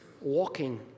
walking